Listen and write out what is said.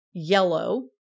yellow